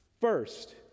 First